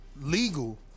legal